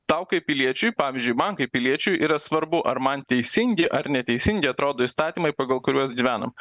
tau kaip piliečiui pavyzdžiui man kaip piliečiui yra svarbu ar man teisingi ar neteisingi atrodo įstatymai pagal kuriuos gyvenam